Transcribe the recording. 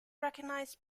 recognized